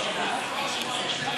ראש הממשלה,